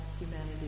humanity